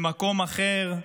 במקום אחר,